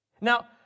Now